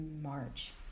March